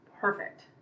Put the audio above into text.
perfect